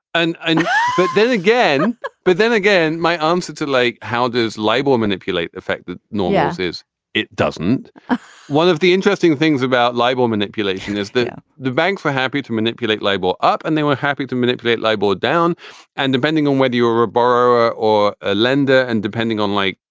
and and but then again but then again, my um answer to like how does label manipulate the fact that no. yes. is it doesn't one of the interesting things about label manipulation is that the banks were happy to manipulate label up and they were happy to manipulate label down and depending on whether you were were a borrower or a lender and depending on like,